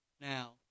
Now